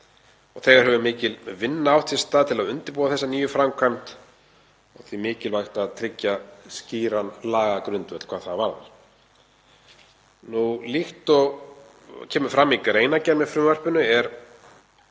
Þegar hefur mikil vinna átt sér stað til að undirbúa þessa nýju framkvæmd og því er mikilvægt að tryggja skýran lagagrundvöll hvað það varðar. Líkt og kemur fram í greinargerð með frumvarpinu er